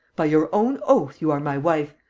by your own oath, you are my wife,